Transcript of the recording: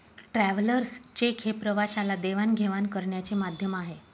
travellers cheque हे प्रवाशाला देवाणघेवाण करण्याचे माध्यम आहे